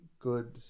good